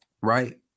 Right